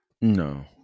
No